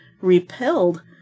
repelled